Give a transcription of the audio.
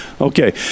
Okay